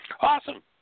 Awesome